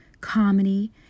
comedy